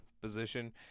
position